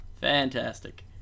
fantastic